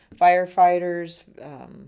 firefighters